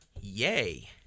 yay